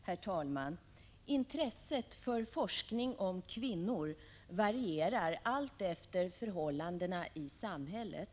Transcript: Herr talman! Intresset för forskning om kvinnor varierar alltefter förhållandena i samhället.